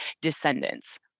descendants